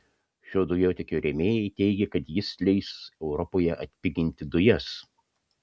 šio dujotiekio rėmėjai teigia kad jis leis europoje atpiginti dujas